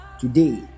Today